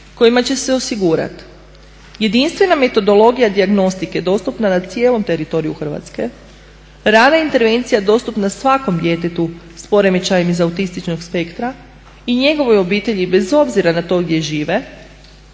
kojima će osigurati jedinstvena metodologija dijagnostike dostupna na cijelom teritoriju Hrvatske, rana intervencija dostupna svakom djetetu s poremećajem iz autističnog spektra i njegovoj obitelji bez obzira na to gdje žive,